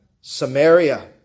Samaria